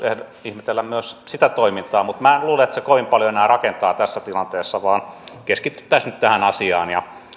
ihmetellä myös sitä toimintaa mutta en luule että se kovin paljon enää rakentaa tässä tilanteessa keskityttäisiin nyt tähän asiaan ja